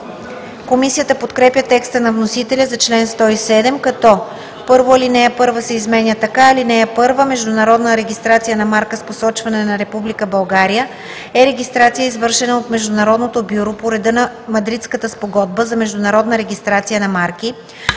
Комисията подкрепя текста на вносителя за чл. 107, като: 1. Алинея 1 се изменя така: „(1) Международна регистрация на марка с посочване на Република България е регистрация, извършена от Международното бюро по реда на Мадридската спогодба за международна регистрация на марки,